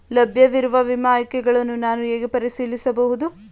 ಲಭ್ಯವಿರುವ ವಿಮಾ ಆಯ್ಕೆಗಳನ್ನು ನಾನು ಹೇಗೆ ಪರಿಶೀಲಿಸಬಹುದು?